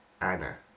Anna